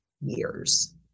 years